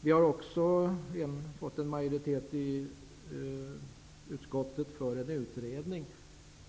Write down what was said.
Vi har också fått en majoritet i utskottet för en utredning,